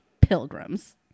pilgrims